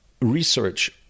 research